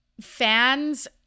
Fans